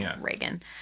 Reagan